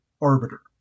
arbiter